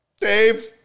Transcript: Dave